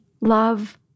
love